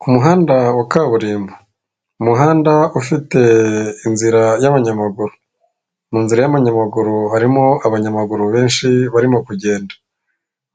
Ku muhanda wa kaburimbo, umuhanda ufite inzira y'abanyamaguru mu nzira y'ayamaguru harimo abanyamaguru benshi barimo kugenda